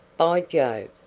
by jove,